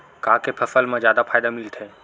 का के फसल मा जादा फ़ायदा मिलथे?